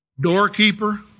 Doorkeeper